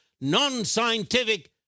non-scientific